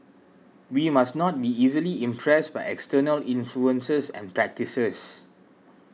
we must not be easily impressed by external influences and practices